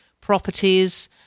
properties